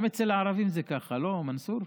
גם אצל הערבים זה ככה, לא, מנסור?